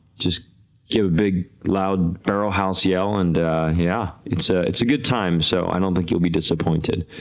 just give a big like barrel house yell, and yeah it's ah it's a good time, so i don't think you will be disappointed.